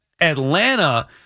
Atlanta